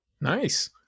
Nice